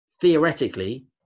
Theoretically